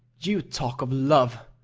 you talk of love!